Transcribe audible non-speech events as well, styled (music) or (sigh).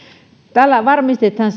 tällä varmistetaan (unintelligible)